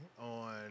on